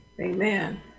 Amen